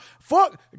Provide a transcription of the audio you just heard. fuck